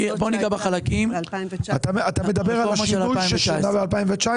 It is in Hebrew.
אתה מדבר על המסלול של 2019?